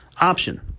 option